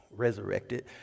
resurrected